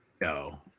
No